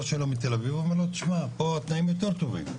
שלו מתל אביב והוא אומר לו ששם התנאים יותר טובים.